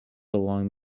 along